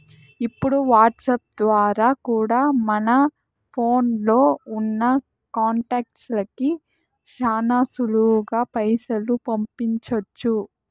ఇప్పుడు వాట్సాప్ ద్వారా కూడా మన ఫోన్లో ఉన్నా కాంటాక్ట్స్ లకి శానా సులువుగా పైసలు పంపించొచ్చు